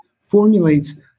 formulates